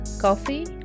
coffee